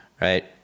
Right